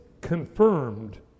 confirmed